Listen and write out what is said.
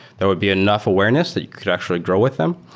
there would be enough awareness that could actually grow with them,